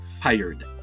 fired